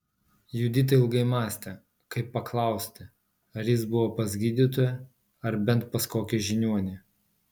judita ilgai mąstė kaip paklausti ar jis buvo pas gydytoją ar bent pas kokį žiniuonį